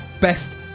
best